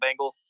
Bengals